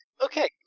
okay